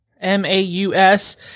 M-A-U-S